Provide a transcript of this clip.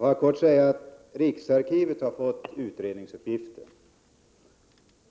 Herr talman! Riksarkivet har fått i